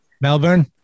Melbourne